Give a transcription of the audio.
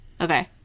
Okay